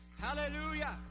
Hallelujah